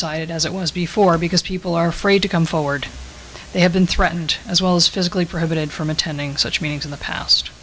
sided as it was before because people are afraid to come forward they have been threatened as well as physically provided from attending such meetings in the past